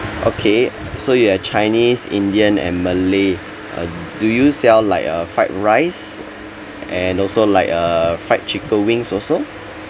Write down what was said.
okay so you have chinese indian and malay uh do you sell like uh fried rice and also like uh fried chicken wings also